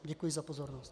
Děkuji za pozornost.